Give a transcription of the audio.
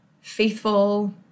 faithful